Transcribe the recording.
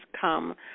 come